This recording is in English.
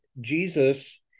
Jesus